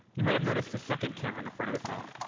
you might have noticed the second camera on the front of the phone.